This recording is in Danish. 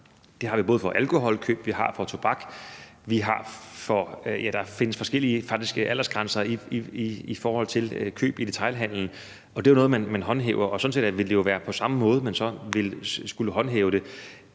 det har vi for køb af både alkohol og tobak. Ja, der findes faktisk forskellige aldersgrænser i forhold til køb i detailhandelen. Det er jo noget, man håndhæver, og det ville sådan set være på samme måde, man ville skulle håndhæve det